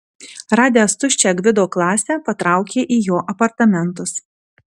radęs tuščią gvido klasę patraukė į jo apartamentus